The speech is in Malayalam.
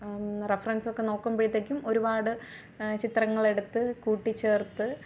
റെഫറൻസൊക്കെ നോക്കുമ്പഴത്തേക്കും ഒരുപാട് ചിത്രങ്ങളെടുത്ത് കൂട്ടിച്ചേർത്ത്